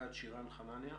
רב-פקד שירן חנניה,